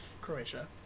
Croatia